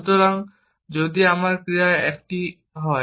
সুতরাং যদি আমার ক্রিয়া একটি হয়